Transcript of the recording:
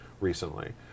recently